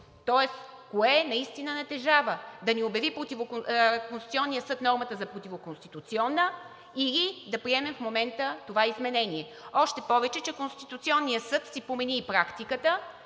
Кое наистина натежава – Конституционният съд да не обяви нормата за противоконституционна, или да приеме в момента това изменение?! Още повече, че Конституционният съд си промени и практиката,